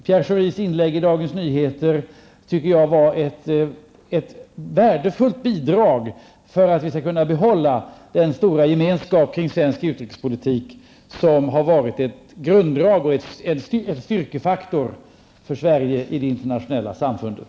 Pierre Schoris inlägg i Dagens Nyheter är, tycker jag, ett värdefullt bidrag när det gäller möjligheterna att behålla den stora gemenskap beträffande svensk utrikespolitik som har varit ett grundläggande drag och en styrkefaktor för Sverige i det internationella samfundet.